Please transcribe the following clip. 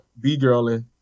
b-girling